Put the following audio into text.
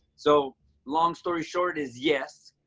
so long story short is yes,